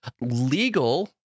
legal